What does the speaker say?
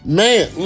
man